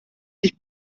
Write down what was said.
ich